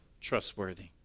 trustworthy